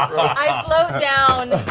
i ah float down